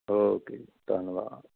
okay ਜੀ ਧੰਨਵਾਦ